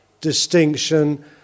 distinction